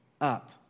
up